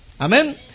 Amen